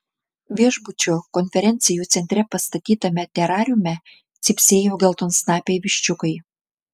viešbučio konferencijų centre pastatytame terariume cypsėjo geltonsnapiai viščiukai